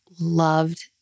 loved